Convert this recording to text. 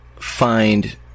find